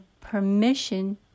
permission